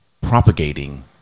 propagating